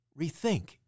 rethink